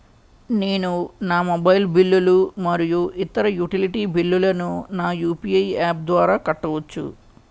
నేను నా మొబైల్ బిల్లులు మరియు ఇతర యుటిలిటీ బిల్లులను నా యు.పి.ఐ యాప్ ద్వారా కట్టవచ్చు